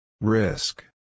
Risk